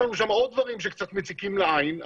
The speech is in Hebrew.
שזה נכון מה שאתה אומר,